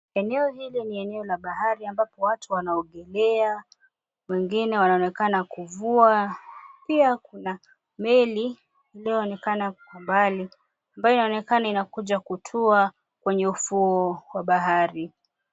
Eneo hili ni eneo la bahari ambapo watu wanaogelea, wengine wanaoonekana kuvua. Pia kuna meli iliyoonekana kwa mbali ambayo inaonekana imekuja kutua kwenye ufuo wa bahari.